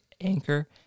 Anchor